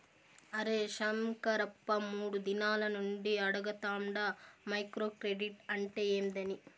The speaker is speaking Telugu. అరే శంకరప్ప, మూడు దినాల నుండి అడగతాండ మైక్రో క్రెడిట్ అంటే ఏందని